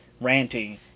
ranting